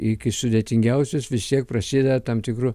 iki sudėtingiausios vis tiek prasideda tam tikru